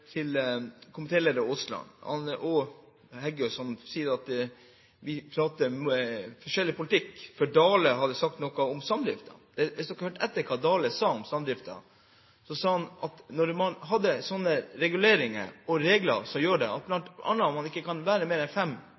komitéleder Terje Aasland, og også til Heggø, som sier at vi prater om forskjellig politikk, for Dale hadde sagt noe om samdriften. Hvis de hadde hørt etter hva Dale sa om samdriften, ville man hørt at han sa at når man har sånne reguleringer og regler, så gjør det bl.a. at man ikke kan være mer enn fem